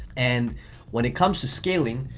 and when it comes to scaling,